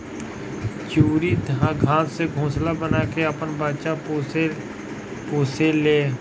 चिरई घास से घोंसला बना के आपन बच्चा पोसे ले